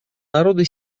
народы